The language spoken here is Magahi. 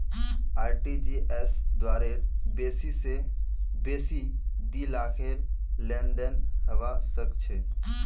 आर.टी.जी.एस द्वारे बेसी स बेसी दी लाखेर लेनदेन हबा सख छ